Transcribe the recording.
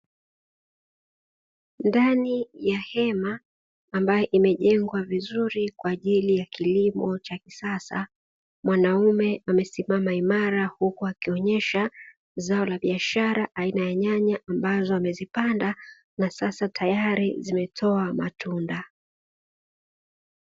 Ndani ya hema ambayo imejengwa vizuri kwa ajili ya kilimo cha kisasa; mwanaume amesimama imara huku akionyesha zao la biashara aina ya nyanya ambazo amezipanda na sasa tayari zimetoa matunda.